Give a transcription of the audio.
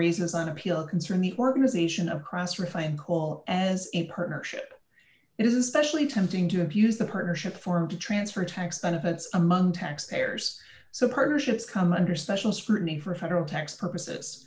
raises on appeal concerning the organization of cross refined coal as a partnership it is especially tempting to abuse the partnership formed to transfer tax benefits among taxpayers so partnerships come under special scrutiny for federal tax purposes